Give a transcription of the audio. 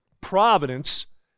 Providence